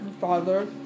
father